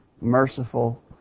merciful